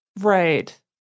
Right